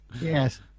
Yes